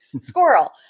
squirrel